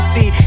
See